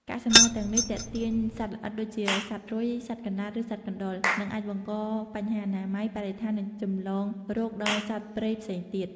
កាកសំណល់ទាំងនេះទាក់ទាញសត្វល្អិតដូចជាសត្វរុយ សត្វកន្លាត ឬសត្វកណ្ដុរ និងអាចបង្កបញ្ហាអនាម័យ បរិស្ថាន និងចម្លងរោគដល់សត្វព្រៃផ្សេងទៀត។